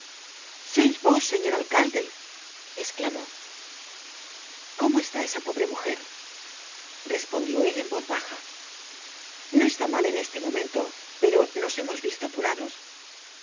sois vos señor alcalde esclamó cómo está esa pobre mujer respondió él en voz baja no está mal en este momento pero nos hemos visto apurados